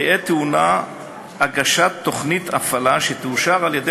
תהא טעונה הגשת תוכנית הפעלה שתאושר על-ידי